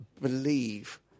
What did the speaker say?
believe